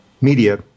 media